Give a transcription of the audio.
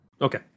Okay